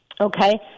Okay